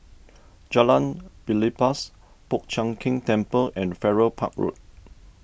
Jalan Belibas Po Chiak Keng Temple and Farrer Park Road